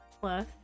plus